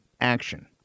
action